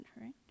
right